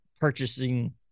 purchasing